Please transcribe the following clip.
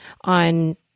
on